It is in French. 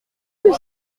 que